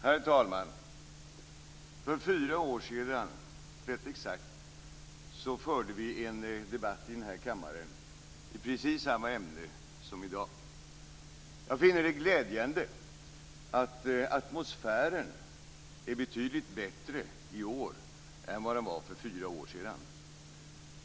Herr talman! För ganska exakt fyra år sedan förde vi en debatt här i kammaren om precis samma ämne som vi gör i dag. Jag finner det glädjande att atmosfären är betydligt bättre i år än för fyra år sedan.